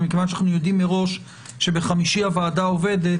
אבל מכיוון שאנחנו יודעים מראש שביום חמישי הוועדה עובדת,